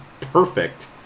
perfect